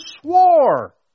swore